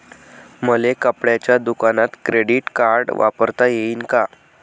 मले कपड्याच्या दुकानात क्रेडिट कार्ड वापरता येईन का?